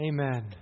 Amen